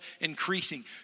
increasing